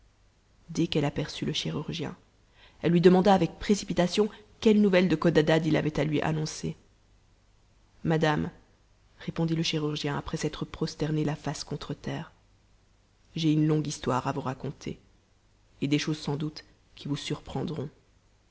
dès qu'elle aperçut le chirurgien elle lui demanda avec précipitation queites nouvelles de codadad il avait à lui annoncer madame répondit le chirurgien après s'être prosterné a face contre terre j'ai une longue histoire à vous raconter et des choses sans doute qui vous surprendront